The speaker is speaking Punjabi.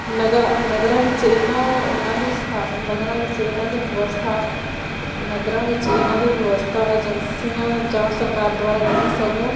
ਨਗਰ ਨਗਰਾਂ ਵਿੱਚ ਇਨਾ ਇਹਨਾਂ ਦੀ ਸਾ ਨਗਰਾਂ ਵਿੱਚ ਇਹਨਾਂ ਦੀ ਵਿਵਸਥਾ ਨਗਰਾਂ ਵਿੱਚ ਇਹਨਾਂ ਦੀ ਵਿਵਸਥਾ ਏਜੰਸੀਆਂ ਜਾਂ ਸਰਕਾਰ ਦੁਆਰਾ ਨਹੀਂ ਸਗੋਂ